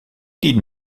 did